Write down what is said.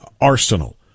arsenal